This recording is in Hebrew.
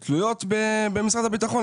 תלויות במשרד הביטחון.